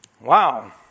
Wow